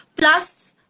plus